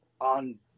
on